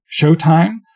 Showtime